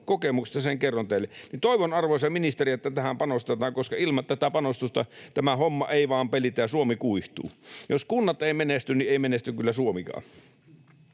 Kokemuksesta sen kerron teille. Toivon, arvoisa ministeri, että tähän panostetaan, koska ilman tätä panostusta tämä homma ei vain pelitä ja Suomi kuihtuu. Jos kunnat eivät menesty, niin ei menesty kyllä Suomikaan.